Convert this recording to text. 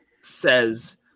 says